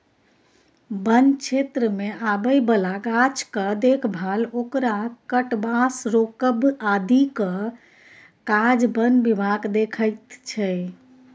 बन क्षेत्रमे आबय बला गाछक देखभाल ओकरा कटबासँ रोकब आदिक काज बन विभाग देखैत छै